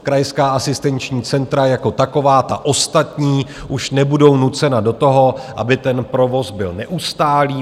Krajská asistenční centra jako taková, ta ostatní, už nebudou nucena do toho, aby ten provoz byl neustálý.